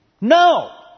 No